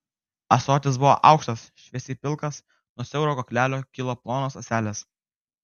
ąsotis buvo aukštas šviesiai pilkas nuo siauro kaklelio kilo plonos ąselės